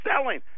selling